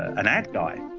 an ad guy,